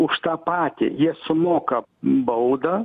už tą patį jie sumoka baudą